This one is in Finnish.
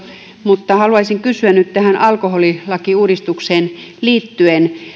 mutta haluaisin kysyä nyt tähän alkoholilakiuudistukseen liittyen